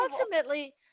ultimately